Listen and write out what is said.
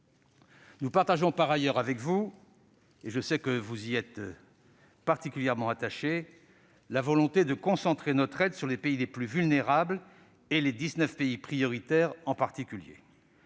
Nous partageons par ailleurs avec vous- je sais que vous y êtes particulièrement attachés -la volonté de concentrer notre aide sur les pays les plus vulnérables, en particulier